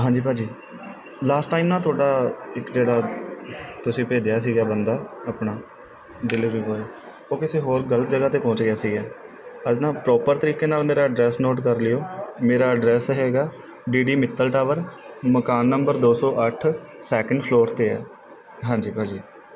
ਹਾਂਜੀ ਭਾਅ ਜੀ ਲਾਸਟ ਟਾਈਮ ਨਾ ਤੁਹਾਡਾ ਇੱਕ ਜਿਹੜਾ ਤੁਸੀਂ ਭੇਜਿਆ ਸੀਗਾ ਬੰਦਾ ਆਪਣਾ ਡਿਲੀਵਰੀ ਬੋਆਏ ਉਹ ਕਿਸੇ ਹੋਰ ਗਲਤ ਜਗ੍ਹਾ 'ਤੇ ਪਹੁੰਚ ਗਿਆ ਸੀਗਾ ਅੱਜ ਨਾ ਪ੍ਰੋਪਰ ਤਰੀਕੇ ਨਾਲ ਮੇਰਾ ਐਡਰੈਸ ਨੋਟ ਕਰ ਲਿਓ ਮੇਰਾ ਐਡਰੈਸ ਹੈਗਾ ਡੀ ਡੀ ਮਿੱਤਲ ਟਾਵਰ ਮਕਾਨ ਨੰਬਰ ਦੋ ਸੌ ਅੱਠ ਸੈਕਿੰਡ ਫਲੋਰ 'ਤੇ ਹੈ ਹਾਂਜੀ ਭਾਅ ਜੀ